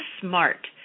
smart